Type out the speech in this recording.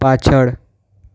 પાછળ